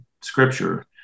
Scripture